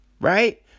Right